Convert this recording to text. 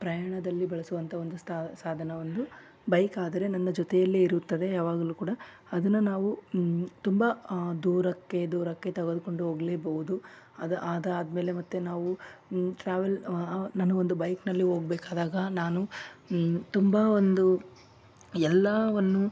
ಪ್ರಯಾಣದಲ್ಲಿ ಬಳಸುವಂಥ ಒಂದು ಸ್ಥಾ ಸಾಧನ ಒಂದು ಬೈಕ್ ಆದರೆ ನನ್ನ ಜೊತೆಯಲ್ಲೇ ಇರುತ್ತದೆ ಯಾವಾಗಲೂ ಕೂಡ ಅದನ್ನು ನಾವು ತುಂಬ ದೂರಕ್ಕೆ ದೂರಕ್ಕೆ ತೆಗೆದುಕೊಂಡು ಹೋಗ್ಲೆಬಹುದು ಅದು ಅದಾದ ಮೇಲೆ ಮತ್ತೆ ನಾವು ಟ್ರಾವಲ್ ನನಗೊಂದು ಬೈಕ್ನಲ್ಲಿ ಹೋಗ್ಬೇಕಾದಾಗ ನಾನು ತುಂಬ ಒಂದು ಎಲ್ಲವನ್ನು